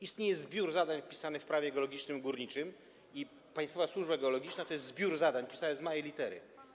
Istnieje zbiór zadań wpisanych w Prawie geologicznym i górniczym, państwowa służba geologiczna to jest zbiór zadań, pisana z małej litery.